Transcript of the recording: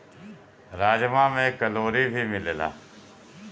राजमा में कैलोरी भी मिलेला